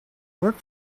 work